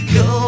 go